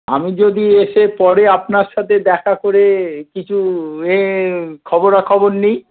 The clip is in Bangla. আমি যদি এসে পরে আপনার সাথে দেখা করে কিছু ইয়ে খবরাখবর নিই